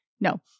No